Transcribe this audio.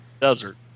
Desert